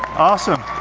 awesome.